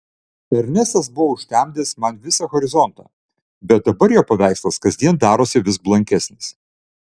ernestas buvo užtemdęs man visą horizontą bet dabar jo paveikslas kasdien darosi vis blankesnis